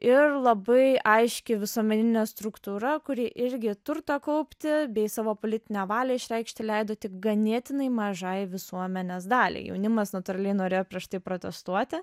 ir labai aiški visuomeninė struktūra kuri irgi turtą kaupti bei savo politinę valią išreikšti leido tik ganėtinai mažai visuomenės daliai jaunimas natūraliai norėjo prieš tai protestuoti